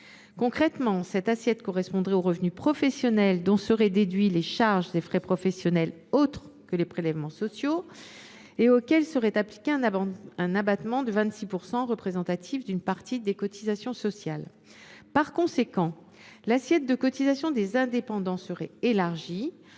Concrètement, cette assiette correspondrait aux revenus professionnels, dont seraient déduits les charges et les frais professionnels autres que les prélèvements sociaux, et auxquels serait appliqué un abattement de 26 % représentatif d’une partie des cotisations sociales. Par conséquent, l’assiette de cotisation des indépendants serait élargie,